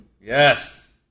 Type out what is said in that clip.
Yes